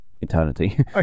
eternity